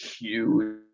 huge